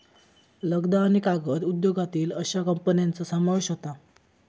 लगदा आणि कागद उद्योगातील अश्या कंपन्यांचा समावेश होता